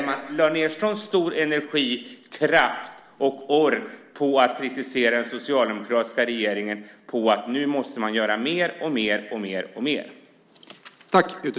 Man lade ned så stor energi, kraft och ork på att kritisera den socialdemokratiska regeringen för att den skulle göra mer och mer.